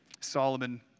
Solomon